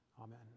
Amen